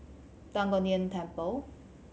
Tan Kong Tian Temple